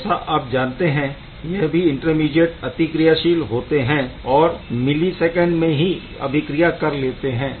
जैसा आप जानते है यह सभी इंटरमीडीएट अतिक्रियाशील होते है और मिलीसैकेन्ड में ही अभिक्रिया कर लेते है